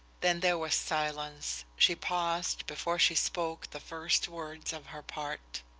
then there was silence. she paused before she spoke the first words of her part.